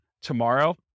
tomorrow